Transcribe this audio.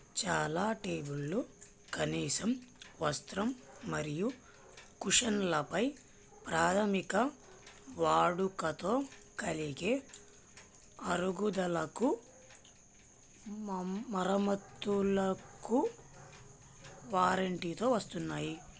చాలా టేబుల్లు కనీసం వస్త్రం మరియు కుషన్లపై ప్రాథమిక వాడుకతో కలిగే అరుగుదలకు మరమ్మతులకు వారంటీతో వస్తున్నాయి